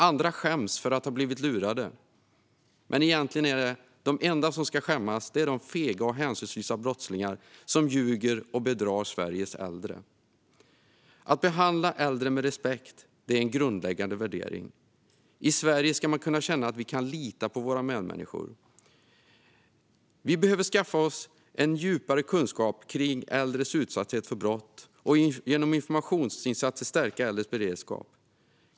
Andra skäms över att ha blivit lurade, men de enda som ska skämmas är egentligen de fega och hänsynslösa brottslingar som ljuger och bedrar Sveriges äldre. Att behandla äldre med respekt är en grundläggande värdering. I Sverige ska man kunna känna att vi kan lita på våra medmänniskor. Vi behöver skaffa oss en djupare kunskap om äldres utsatthet för brott och genom informationsinsatser stärka äldres beredskap.